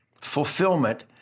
fulfillment